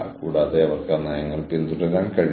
കൂടാതെ അവർക്ക് അസ്വസ്ഥത അനുഭവപ്പെടുന്നു